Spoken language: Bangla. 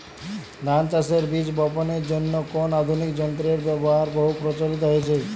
ধান চাষের বীজ বাপনের জন্য কোন আধুনিক যন্ত্রের ব্যাবহার বহু প্রচলিত হয়েছে?